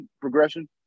progression